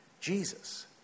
Jesus